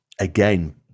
again